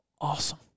Awesome